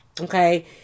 Okay